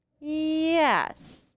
Yes